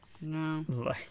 No